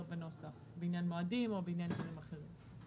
בנוסח בעניין מועדים או בעניין דברים אחרים.